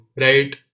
right